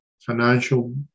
financial